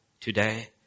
today